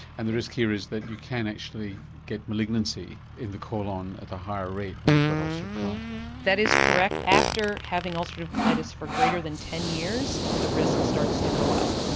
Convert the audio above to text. and the risk here is that you can actually get malignancy in the colon at a higher rate when you've got ulcerative ah sort of colitis. that is correct. after having ulcerative colitis for greater than ten years, the risk starts to go up,